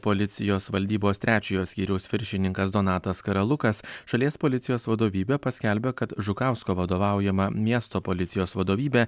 policijos valdybos trečiojo skyriaus viršininkas donatas karalukas šalies policijos vadovybė paskelbė kad žukausko vadovaujama miesto policijos vadovybė